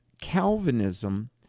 Calvinism